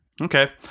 okay